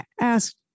ask